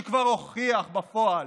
שכבר הוכיח בפועל